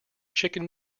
chicken